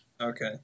Okay